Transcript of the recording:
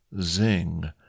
zing